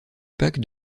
pac